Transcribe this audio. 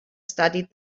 studied